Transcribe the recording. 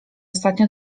ostatnio